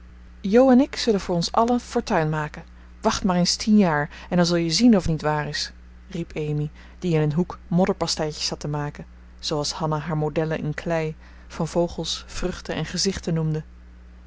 en ik zullen voor ons allen fortuin maken wacht maar eens tien jaar en dan zul je zien of het niet waar is riep amy die in een hoek modderpastijtjes zat te maken zooals hanna haar modellen in klei van vogels vruchten en gezichten noemde